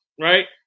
Right